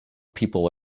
people